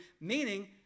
meaning